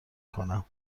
کنم